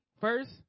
first